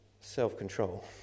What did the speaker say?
self-control